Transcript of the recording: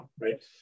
right